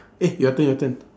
eh your turn your turn